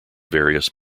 various